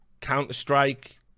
Counter-Strike